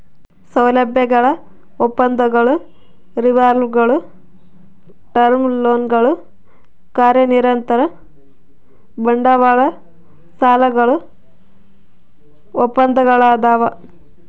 ಸೌಲಭ್ಯಗಳ ಒಪ್ಪಂದಗಳು ರಿವಾಲ್ವರ್ಗುಳು ಟರ್ಮ್ ಲೋನ್ಗಳು ಕಾರ್ಯನಿರತ ಬಂಡವಾಳ ಸಾಲಗಳು ಒಪ್ಪಂದಗಳದಾವ